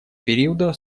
периода